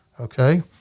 okay